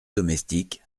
domestique